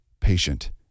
patient